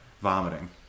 vomiting